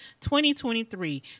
2023